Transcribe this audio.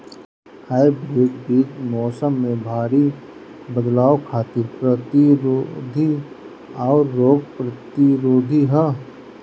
hybrid बीज मौसम में भारी बदलाव खातिर प्रतिरोधी आउर रोग प्रतिरोधी ह